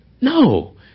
No